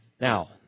Now